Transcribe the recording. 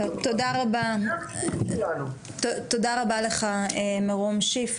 תודה רבה לך, מירום שיף.